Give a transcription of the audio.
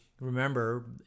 remember